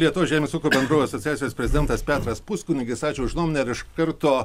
lietuvos žemės ūkio bendrovių asociacijos prezidentas petras puskunigis ačiū už nuomonę ir iš karto